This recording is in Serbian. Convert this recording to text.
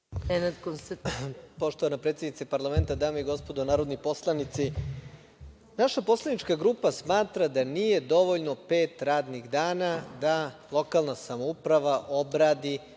**Nenad Konstantinović** Poštovana predsednice parlamenta, dame i gospodo narodni poslanici, naša poslanička grupa smatra da nije dovoljno pet radnih dana da lokalna samouprava odradi